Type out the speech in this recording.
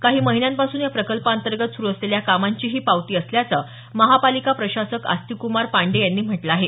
काही महिन्यांपासून या प्रकल्पाअंतर्गत सुरु असलेल्या कामांची ही पावती असल्याचं महापालिका प्रशासक आस्तिक कुमार पांडेय यांनी म्हटलं आहे